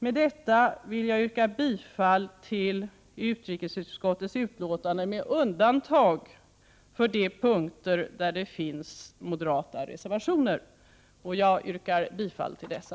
Med detta vill jag yrka bifall till utrikesutskottets utlåtande med undantag för de punkter där det finns moderata reservationer. Jag yrkar bifall till dessa.